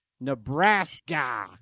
Nebraska